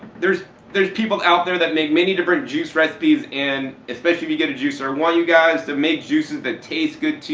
there's there's people out there that make many different juice recipes, and especially if you get a juicer, i want you guys to make juices that taste good to you,